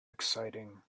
exciting